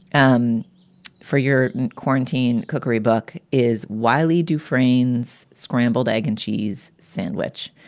um for your quarantine cookery book is wiley du frayn's scrambled egg and cheese sandwich,